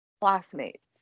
classmates